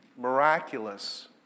miraculous